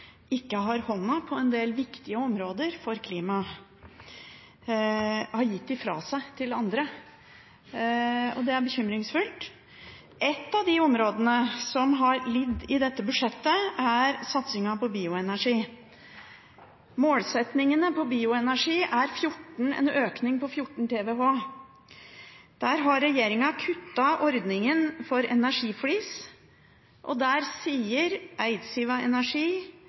ikke har hånda på en del viktige områder for klimaet, men har gitt dem fra seg til andre. Det er bekymringsfullt. Et av de områdene som har lidd i dette budsjettet, er satsingen på bioenergi. Målsettingene på bioenergi er en økning på 14 TWh. Der har regjeringen kuttet ordningen for energiflis. Eidsiva Energi,